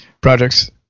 projects